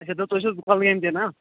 اَچھا گوٚو تۅہہِ چھُو کۄلگامہِ تہِ نا